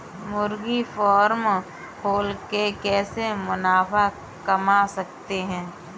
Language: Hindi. मुर्गी फार्म खोल के कैसे मुनाफा कमा सकते हैं?